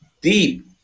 deep